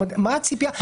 מה הציפייה?